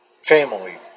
family